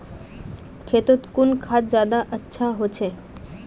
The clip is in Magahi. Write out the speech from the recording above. खेतोत कुन खाद ज्यादा अच्छा होचे?